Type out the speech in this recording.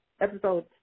episode